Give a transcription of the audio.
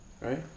Right